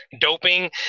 doping